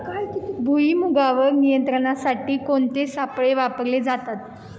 भुईमुगावर नियंत्रणासाठी कोणते सापळे वापरले जातात?